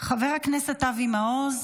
חבר הכנסת אבי מעוז,